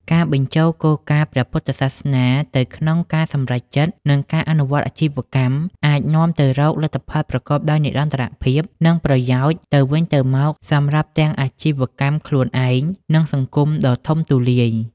ការបញ្ចូលគោលការណ៍ព្រះពុទ្ធសាសនាទៅក្នុងការសម្រេចចិត្ត និងការអនុវត្តអាជីវកម្ម អាចនាំទៅរកលទ្ធផលប្រកបដោយនិរន្តរភាព និងប្រយោជន៍ទៅវិញទៅមកសម្រាប់ទាំងអាជីវកម្មខ្លួនឯង និងសង្គមដែលធំទូលាយ។